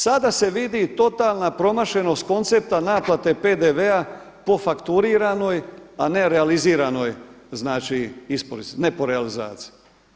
Sada se vidi totalna promašenost koncepta naplate PDV-a po fakturiranoj a ne realiziranoj znači isporuci, ne po realizaciji.